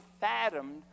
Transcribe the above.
fathomed